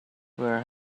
where